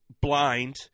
blind